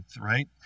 right